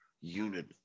unit